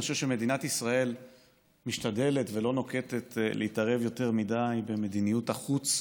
אני חושב שמדינת ישראל משתדלת ולא נוהגת להתערב יותר מדי במדיניות החוץ: